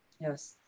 Yes